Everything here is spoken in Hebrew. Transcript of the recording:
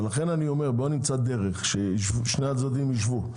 לכן אני אומר בואו נמצא דרך וששני הצדדים ישבו.